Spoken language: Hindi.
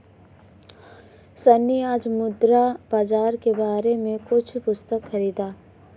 सन्नी आज मुद्रा बाजार के बारे में कुछ पुस्तक खरीदा